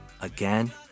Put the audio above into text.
Again